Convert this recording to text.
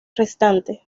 restante